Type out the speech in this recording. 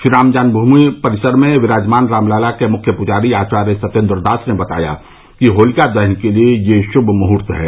श्रीराम जन्मभूमि परिसर में द के लिये यह शुभ के मुख्य पुजारी आचार्य सत्येन्द्र दास ने बताया कि होलिका दहन के लिये यह शुभ मुहूर्त है